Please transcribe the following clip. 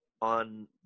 on